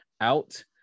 out